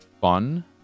fun